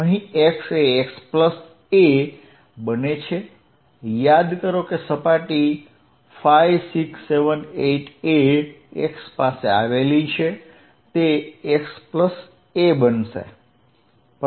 અહીં x એ xa બને છે યાદ કરો કે સપાટી 5 6 7 8 એ x પાસે આવેલી છે તે xa બનશે